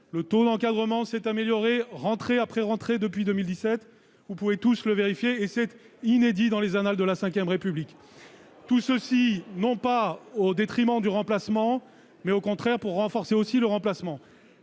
le taux d'encadrement s'est amélioré, rentrée après rentrée, depuis 2017. Vous pouvez tous le vérifier, et c'est inédit dans les annales de la V République ! Tout cela se fait non pas au détriment du remplacement, mais au contraire pour le renforcer. Il est